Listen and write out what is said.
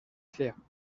clairs